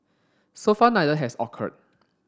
so far neither has occurred